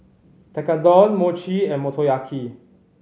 Tekkadon Mochi and Motoyaki